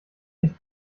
sich